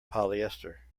polyester